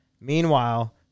Meanwhile